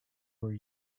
were